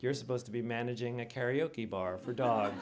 you're supposed to be managing a karaoke bar for dogs